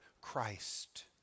Christ